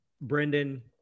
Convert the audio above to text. Brendan